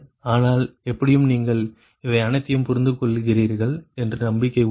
ஆனால் எப்படியும் நீங்கள் இவை அனைத்தையும் புரிந்துகொள்கிறீர்கள் என்று நம்பிக்கை உள்ளது